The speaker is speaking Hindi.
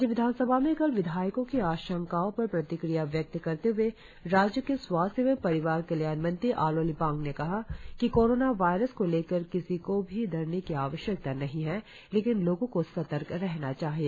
राज्य विधानसभा में कल विधायको के आशंकाओं पर प्रतिक्रिया व्यक्त करते हए राज्य के स्वास्थ्य एवं परिवार कल्याण मंत्री आलो लिबांग ने कहा कि कोरोना वायरस को लेकर किसी को भी डरने की आवश्यकता नहीं है लेकिन लोगों को सतर्क रहना चाहिए